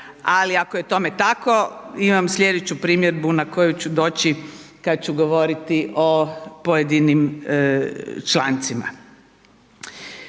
Ali ako je tome tako imam sljedeću primjedbu na koju ću doći kad ću govoriti o pojedinim člancima.